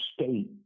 state